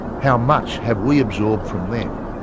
how much have we absorbed from them.